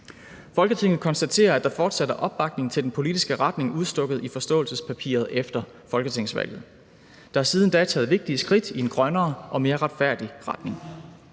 »Folketinget konstaterer, at der fortsat er opbakning til den politiske retning udstukket i forståelsespapiret efter folketingsvalget. Der er siden da taget vigtige skridt i en grønnere og mere retfærdig retning.